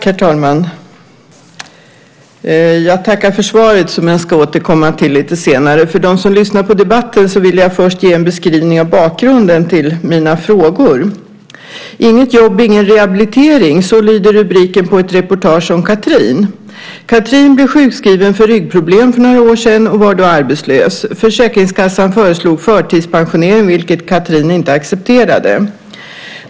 Herr talman! Jag tackar för svaret, som jag ska återkomma till lite senare. För dem som lyssnar på debatten vill jag först ge en beskrivning av bakgrunden till mina frågor. Inget jobb - ingen rehabilitering, så lyder rubriken på reportaget om Cathrin. Cathrin blev sjukskriven för ryggproblem för några år sedan och var arbetslös. Försäkringskassan föreslog förtidspensionering, vilket Cathrin inte accepterade.